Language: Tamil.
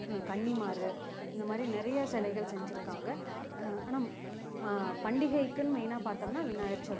கன்னிமாரு இந்த மாதிரி நிறையா சிலைகள் செஞ்சுருக்காங்க ஆனால் பண்டிகைக்குனு மெயினாக பார்த்தோம்னா விநாயகர் சதுர்த்தி